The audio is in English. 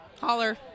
Holler